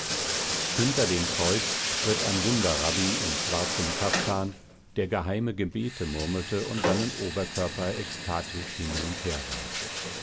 hinter den kreuz schritt ein wunderrabbi in schwarzem kaftan der geheime gebete murmelte und seinen oberkörper ekstatisch hin und her warf